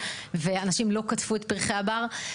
ואנשים לא קטפו את פרחי הבר.